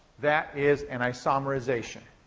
that is an isomerization.